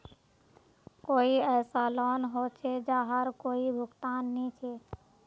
कोई ऐसा लोन होचे जहार कोई भुगतान नी छे?